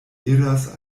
iras